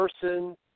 person